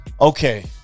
Okay